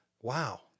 wow